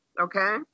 okay